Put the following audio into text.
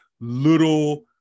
little